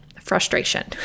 frustration